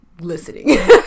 listening